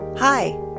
Hi